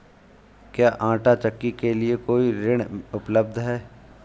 क्या आंटा चक्की के लिए कोई ऋण उपलब्ध है?